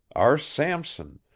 our samson,